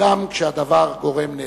גם כשהדבר גורם נזק.